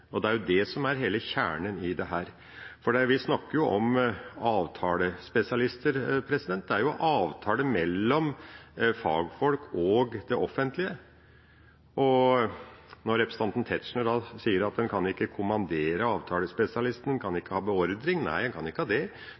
Det er det som er hele kjernen i dette, for vi snakker om avtalespesialister – det er en avtale mellom fagfolk og det offentlige. Representanten Tetzschner sier at en ikke kan kommandere avtalespesialisten, en kan ikke ha beordring. Nei, en kan ikke det, men det er et tilbud som blir gitt gjennom en økonomisk godtgjørelse og faglige krav fra det